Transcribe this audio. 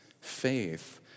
Faith